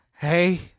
hey